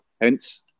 hence